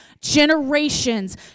generations